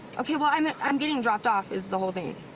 ok. well, i'm i'm getting dropped off is the whole thing.